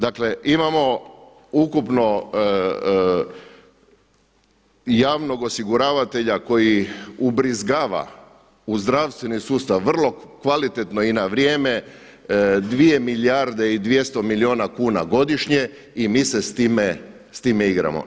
Dakle imamo ukupno javnog osiguravatelja koji ubrizgava u zdravstveni sustav vrlo kvalitetno i na vrijeme 2 milijarde i 200 milijuna kuna godišnje i mi se s time igramo.